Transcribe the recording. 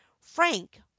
frank